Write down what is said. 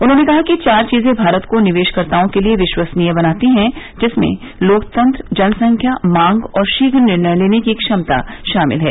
उन्होंने कहा कि चार चीजें भारत को निवेशकर्ताओं के लिए विश्वसनीय बनाती हैं जिनमें लोकतंत्र जनसंख्या मांग और शीघ्र निर्णय लेने की क्षमता शामिल है